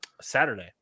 saturday